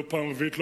לא בפעם הרביעית,